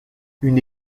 une